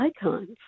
icons